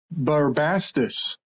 Barbastus